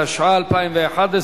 ההצעה תועבר לוועדת העבודה,